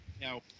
Now